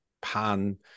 Pan